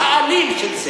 עם השימוש האלים של זה.